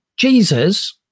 Jesus